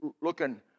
looking